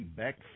back